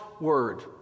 word